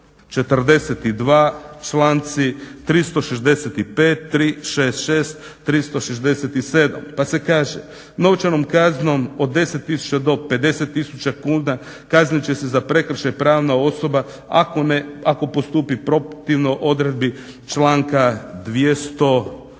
142 članci 365., 366., 367. pa se kaže novčanom kaznom od 10 do 50 tisuća kuna kaznit će se za prekršaj pravna osoba ako postupi protivno odredbi članka